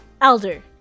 Elder